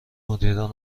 مدیرمان